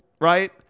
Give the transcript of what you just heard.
right